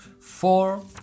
Four